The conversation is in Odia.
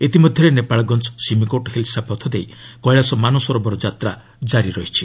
ଇତିମଧ୍ୟରେ ନେପାଳଗଞ୍ଜ ସିମିକୋଟ୍ ହିଲ୍ସା ପଥଦେଇ କେଳାସ ମାନସରୋବର ଯାତ୍ରା କାରି ରହିଛି